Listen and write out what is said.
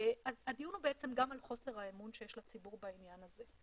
אז הדיון הוא בעצם גם על חוסר האמון שיש לציבור בעניין הזה.